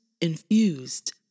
infused